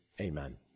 Amen